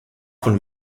von